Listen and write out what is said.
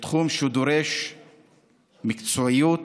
תחום שדורש מקצועיות,